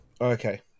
Okay